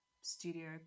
studio